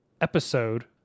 episode